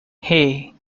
hey